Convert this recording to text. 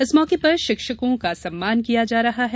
इस मौके पर शिक्षकों का सम्मान किया जा रहा है